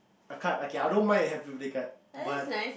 a card okay I don't mind a happy birthday card but